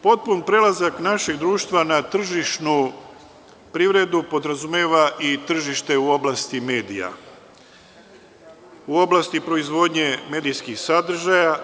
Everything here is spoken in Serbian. Dakle, potpun prelazak našeg društva na tržišnu privredu podrazumeva i tržište u oblasti medija, u oblasti proizvodnje medijskih sadržaja.